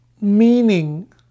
meaning